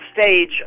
stage